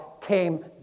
came